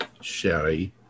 Sherry